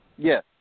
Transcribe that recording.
Yes